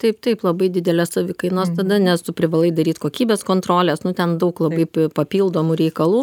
taip taip labai didelės savikainos tada nes tu privalai daryt kokybės kontroles nu ten daug labai papildomų reikalų